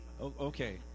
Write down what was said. Okay